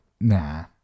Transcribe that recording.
Nah